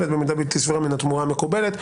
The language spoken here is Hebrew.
במידה בלתי סבירה מן התמורה המקובלת".